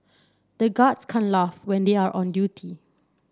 the guards can't laugh when they are on duty